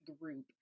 Group